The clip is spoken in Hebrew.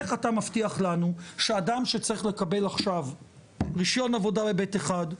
איך אתה מבטיח לנו שאדם שצריך לקבל עכשיו רישיון עבודה ב-ב'1,